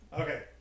Okay